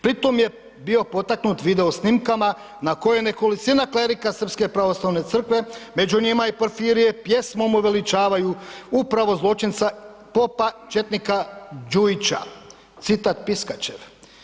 Pritom je bio potaknut video snimkama na koje nekolicina klerika srpske pravoslavne crkve, među njima i Porfirije, pjesmom uveličavaju upravo zločnica popa četnika Đujića, citat Piskačev.